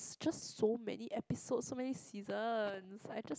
it's just so many episodes so many seasons I just